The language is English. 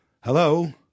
Hello